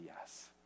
yes